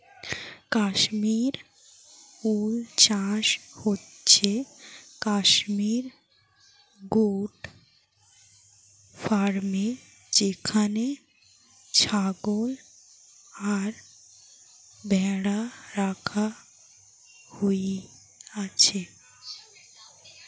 কাশ্মীর উল চাষ হচ্ছে কাশ্মীর গোট ফার্মে যেখানে ছাগল আর ভ্যাড়া রাখা হইছে